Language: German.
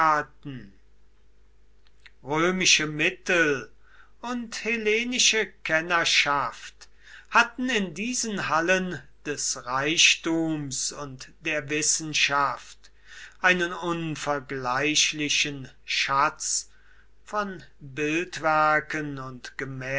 römische mittel und hellenische kennerschaft hatten in diesen hallen des reichtums und der wissenschaft einen unvergleichlichen schatz von bildwerken und